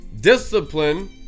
Discipline